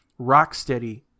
Rocksteady